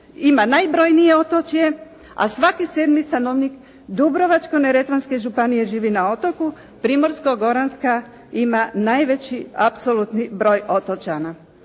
ima najbrojnije otočje, a svaki 7 stanovnik Dubrovačko-neretvanske županije živi na otoku, Primorsko goranska ima najveći apsolutni broj otočana.